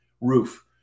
roof